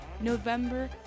November